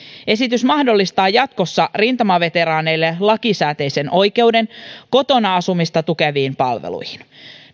esitys mahdollistaa jatkossa rintamaveteraaneille lakisääteisen oikeuden kotona asumista tukeviin palveluihin